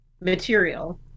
material